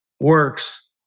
works